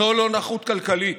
זו לא נכות כלכלית,